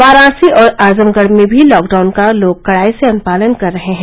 वाराणसी और आजमगढ़ में भी लॉकडाउन का लोग कड़ाई से अनुपालन कर रहे हैं